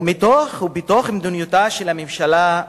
בתוך מדיניותה של הממשלה,